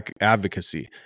advocacy